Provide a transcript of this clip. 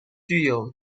具有